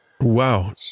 Wow